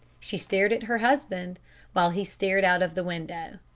she stared at her husband while he stared out of the window.